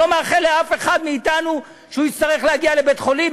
אני לא מאחל לאף אחד מאתנו שהוא יצטרך להגיע לבית-חולים,